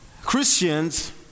Christians